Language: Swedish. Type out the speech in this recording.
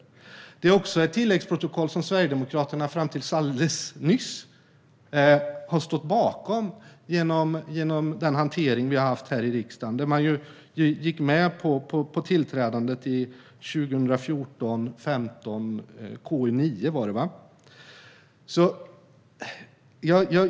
Detta är också ett tilläggsprotokoll som Sverigedemokraterna fram till alldeles nyss har stått bakom genom den hantering som vi har haft här i riksdagen. Man gick med på tillträdandet i 2014/15:KU9, om jag minns rätt.